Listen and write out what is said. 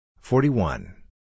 Forty-one